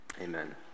Amen